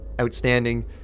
Outstanding